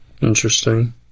Interesting